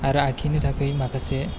आरो आखिनो थाखाय माखासे